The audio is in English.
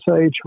age